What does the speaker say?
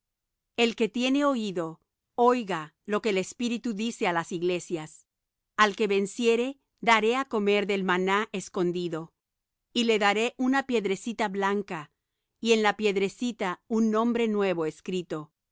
el que tiene oído oiga lo que el espíritu dice á las iglesias al que venciere daré á comer del maná escondido y le daré una piedrecita blanca y en la piedrecita un nombre nuevo escrito